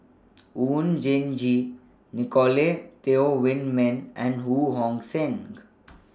Oon Jin Gee Nicolette Teo Wei Min and Ho Hong Sing